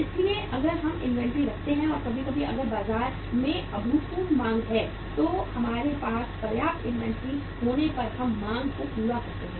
इसलिए अगर हम इन्वेंट्री रखते हैं और कभी कभी अगर बाजार में अभूतपूर्व मांग है तो हमारे पास पर्याप्त इन्वेंट्री होने पर हम मांग को पूरा कर सकते हैं